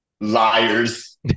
liars